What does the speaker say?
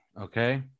okay